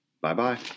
Bye-bye